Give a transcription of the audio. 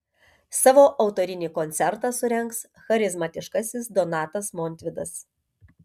savo autorinį koncertą surengs charizmatiškasis donatas montvydas